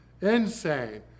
Insane